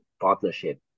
partnership